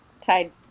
tied